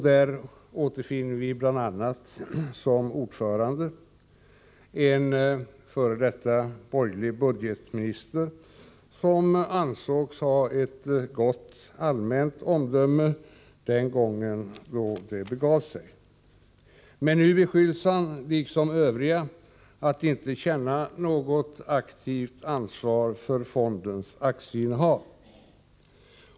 Där återfinner vi bl.a. som ordförande en före detta borgerlig budgetminister, som ansågs ha ett gott allmänt omdöme den gången det begav sig. Men nu beskylls han, liksom övriga, för att inte känna något aktivt ansvar för fondens aktieinnehav.